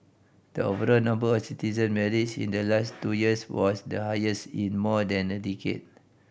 the overall number of citizen marriage in the last two years was the highest in more than a decade